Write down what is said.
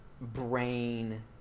brain